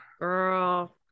Girl